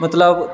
मतलब